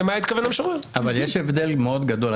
אבל יש הבדל מאוד גדול.